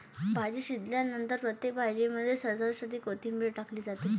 भाजी शिजल्यानंतर प्रत्येक भाजीमध्ये सजावटीसाठी कोथिंबीर टाकली जाते